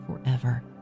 forever